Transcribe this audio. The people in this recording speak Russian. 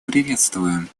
приветствуем